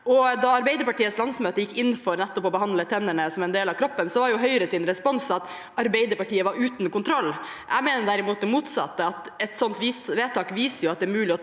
Da Arbeiderpartiets landsmøte gikk inn for nettopp å behandle tennene som en del av kroppen, var Høyres respons at Arbeiderpartiet var uten kontroll. Jeg mener derimot det motsatte, at et slikt vedtak viser at det er mulig å ta